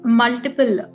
multiple